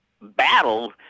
battle